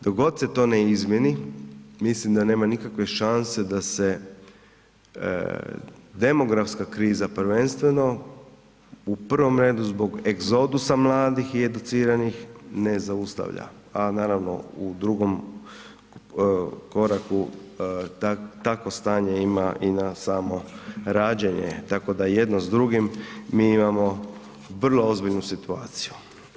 Dok god se to ne izmijeni mislim da nema nikakve šanse da se demografska kriza prvenstveno, u prvom redu zbog egzodusa mladih i educiranih ne zaustavlja, a naravno u drugom koraku takvo stanje ima i na samo rađenje, tako da jedno s drugim mi imamo vrlo ozbiljnu situaciju.